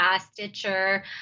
Stitcher